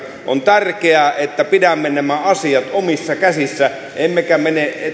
on tärkeää että pidämme nämä asiat omissa käsissä emmekä mene